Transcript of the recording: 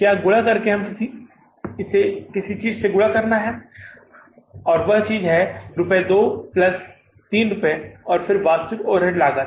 और क्या गुणा करके हमें इसे किसी चीज़ से गुणा करना है और वह चीज़ है रुपये 2 प्लस 3 रुपये और फिर वास्तविक ओवरहेड लागत